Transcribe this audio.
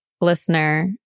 listener